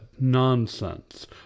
nonsense